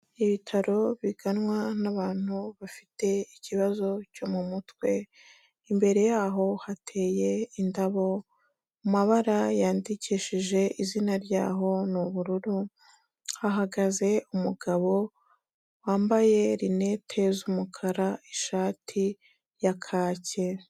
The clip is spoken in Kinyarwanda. Ibitaro biganwa n'abantu bafite ikibazo cyo mu mutwe, imbere yaho hateye indabo, amabara yandikishije izina ryaho ni ubururu, hahagaze umugabo wambaye rinete z'umukara, ishati ya kake.